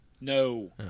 No